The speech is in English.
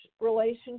relationship